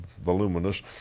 voluminous